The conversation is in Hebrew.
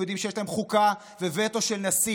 והם יודעים שיש להם חוקה ווטו של נשיא.